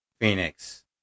Phoenix